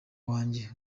wanjye